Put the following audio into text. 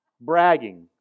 bragging